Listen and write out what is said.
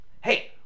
hey